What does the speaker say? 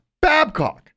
Babcock